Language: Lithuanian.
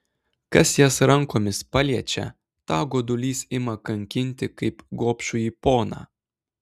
kas jas rankomis paliečia tą godulys ima kankinti kaip gobšųjį poną